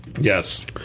Yes